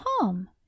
Tom